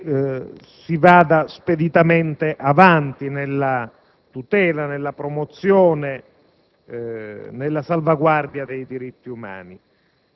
che ci troviamo di fronte alla necessità di fare quanto è possibile, in Parlamento e nel Paese,